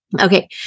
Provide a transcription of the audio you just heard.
Okay